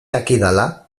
dakidala